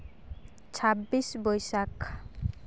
ᱪᱷᱟᱵᱵᱤᱥ ᱵᱳᱭᱥᱟᱠᱷ